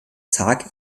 tag